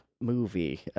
movie